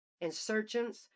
Insurgents